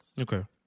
Okay